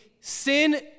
sin